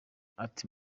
ati